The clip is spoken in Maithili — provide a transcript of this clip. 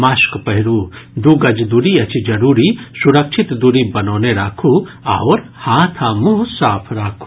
मास्क पहिरू दू गज दूरी अछि जरूरी सुरक्षित दूरी बनौने राखू आओर हाथ आ मुंह साफ राखू